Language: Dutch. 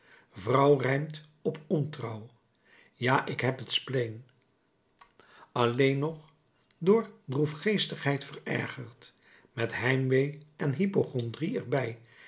vrouw rijmt op ontrouw ja ik heb het spleen alleen nog door droefgeestigheid verergerd met heimwee en hypochondrie er